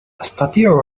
أستطيع